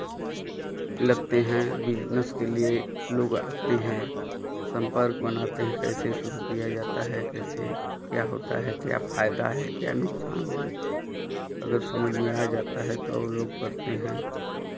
लगते हैं बिज़नेस के लिए लोग आते हैं संपर्क बनाते हैं कैसे शुरू किया जाता है कैसे क्या होता है क्या फायदा है क्या नुकसान है अगर समझ में आ जाता है तो और लोग करते हैं